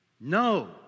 No